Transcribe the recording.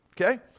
Okay